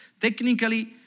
Technically